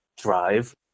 drive